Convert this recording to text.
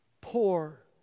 poor